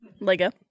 Lego